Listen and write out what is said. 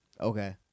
Okay